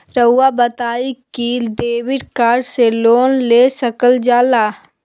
रहुआ बताइं कि डेबिट कार्ड से लोन ले सकल जाला?